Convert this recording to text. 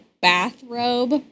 bathrobe